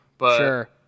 Sure